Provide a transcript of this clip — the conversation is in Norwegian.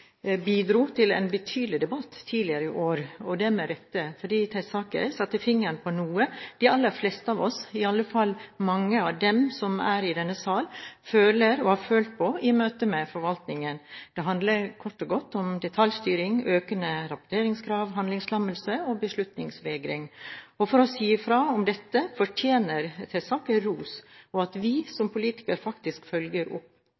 bidro til en betydelig debatt tidligere i år – og det med rette – fordi Tesaker satte fingeren på noe de aller fleste av oss – i alle fall mange av dem som er i denne sal – føler og har følt på i møte med forvaltningen. Det handler kort og godt om detaljstyring, økende rapporteringskrav, handlingslammelse og beslutningsvegring. For å si ifra om dette fortjener Tesaker ros, og at vi som politikere faktisk følger opp.